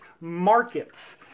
markets